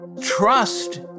Trust